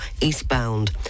eastbound